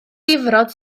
difrod